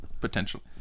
Potentially